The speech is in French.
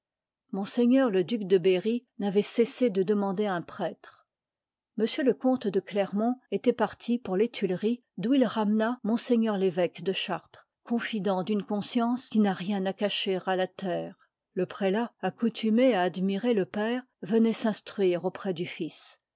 me le duc de berry n'avoit cessé de demander un prêtre m je comte de clermont étoit parti pour les tuileries d'où il ramena m révêque de chartres confident d'unç conscience qui n'a rien à cacher à la terre le prélat accoutumé à admirer le père venoit s'instruire auprès du fils